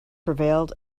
prevailed